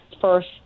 first